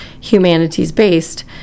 humanities-based